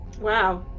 Wow